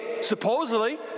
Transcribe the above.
Supposedly